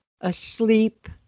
asleep